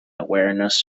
awareness